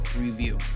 review